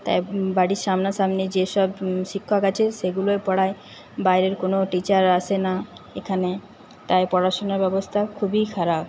তাই বাড়ির সামনাসামনি যেসব শিক্ষক আছে সেগুলোই পড়ায় বাইরের কোনও টিচার আসে না এখানে তাই পড়াশোনার ব্যবস্থা খুবই খারাপ